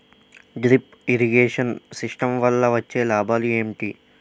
Drip irrigation system వల్ల వచ్చే లాభాలు ఏంటి?